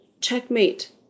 Checkmate